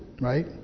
right